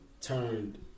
turned